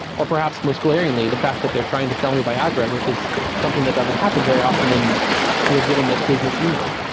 or perhaps most glaringly, the fact that they're trying to sell me a viagra, which is something that doesn't happen very often in legitimate business email.